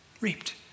reaped